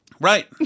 Right